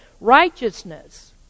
righteousness